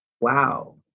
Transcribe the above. wow